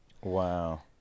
Wow